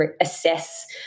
assess